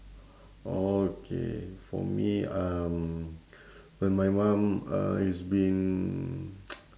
okay for me um when my mum uh is being